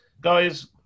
guys